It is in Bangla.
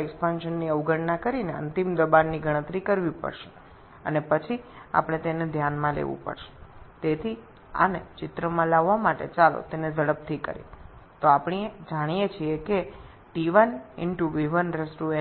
এই আণবিক বিক্রিয়া বা প্রসারণ ছাড়াই প্রথমে চূড়ান্ত চাপ গণনা করতে হবে এবং তারপরে আমাদের এটিকে ধরতে হবে